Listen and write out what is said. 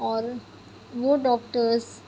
اور وہ ڈاکٹرس